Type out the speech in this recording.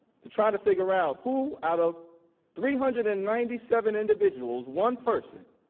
to try to figure out who out of three hundred and ninety seven individuals, one person,